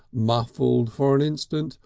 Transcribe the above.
muffled for an instant,